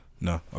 no